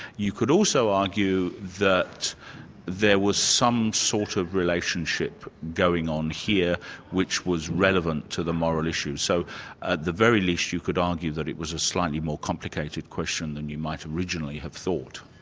you could also argue that there was some sort of relationship going on here which was relevant to the moral issue, so at the very least you could argue that it was a slightly more complicated question than you might originally have thought.